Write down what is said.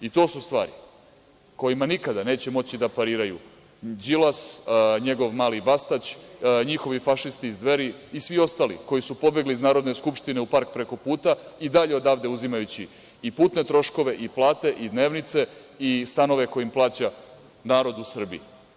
I to su stvari kojima nikada neće moći da pariraju Đilas, njegov mali bastać, njihovi fašisti iz Dveri i svi ostali koji su pobegli iz Narodne skupštine u park preko puta, i dalje odavde uzimajući i putne troškove i plate i dnevnice i stanove koje im plaća narod u Srbiji.